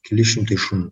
keli šimtai šunų